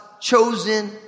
chosen